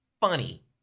Funny